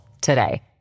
today